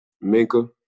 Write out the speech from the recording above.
Minka